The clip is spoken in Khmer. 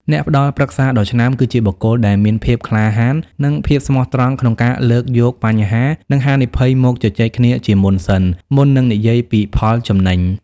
អ្នកផ្ដល់ប្រឹក្សាដ៏ឆ្នើម គឺជាបុគ្គលដែលមានភាពក្លាហាន និងភាពស្មោះត្រង់ក្នុងការលើកយកបញ្ហា និងហានិភ័យមកជជែកគ្នាជាមុនសិន មុននឹងនិយាយពីផលចំណេញ។